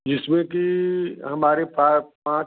जिसमें कि हमारे पाँच